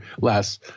less